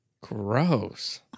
Gross